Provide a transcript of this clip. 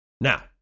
Now